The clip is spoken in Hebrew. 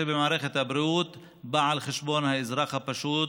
במערכת הבריאות באים על חשבון האזרח הפשוט,